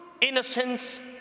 innocence